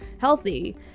healthy